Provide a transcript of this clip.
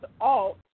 alt